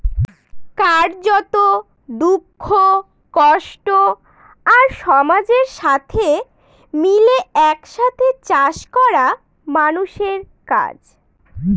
কার্যত, দুঃখ, কষ্ট আর সমাজের সাথে মিলে এক সাথে চাষ করা মানুষের কাজ